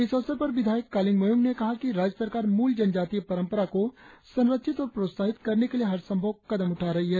इस अवसर पर विधायक काळिंग मोयोंग ने कहा कि राज्य सरकार मूल जनजातीय परंपरा को संरक्षित और प्रोसाहित करने के लिए हर संधव प्रयास कर रही है